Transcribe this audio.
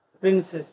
princess